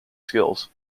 skills